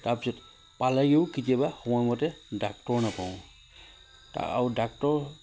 তাৰপিছত পালেগেও কেতিয়াবা সময়মতে ডাক্তৰ নাপাওঁ আৰু ডাক্তৰ